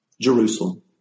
Jerusalem